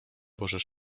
boże